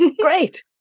great